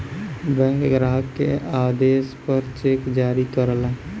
bank ग्राहक के आदेश पर चेक जारी करला